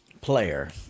player